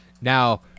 Now